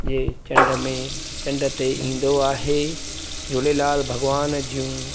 जे चंड में चंड ते ईंदो आहे झूलेलाल भॻवान जूं